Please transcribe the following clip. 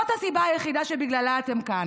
זאת הסיבה היחידה שבגללה אתם כאן,